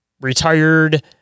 retired